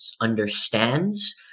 understands